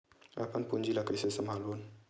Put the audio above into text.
अपन पूंजी ला कइसे संभालबोन?